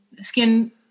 skin